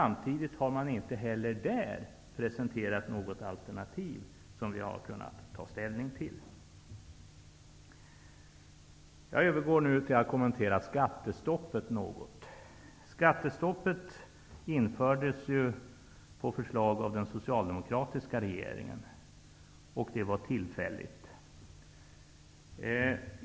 Men inte heller i det avseendet har man presenterat något alternativ som vi har kunnat ta ställning till. Jag övergår nu till att något kommentera skattestoppet. Skattestoppet infördes ju på förslag av den socialdemokratiska regeringen. Skattestoppet skulle vara tillfälligt.